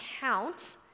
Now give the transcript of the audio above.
count